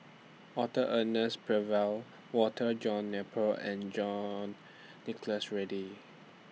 Arthur Ernest Percival Walter John Napier and John Nicholas Ridley